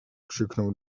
krzyknął